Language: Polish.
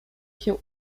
się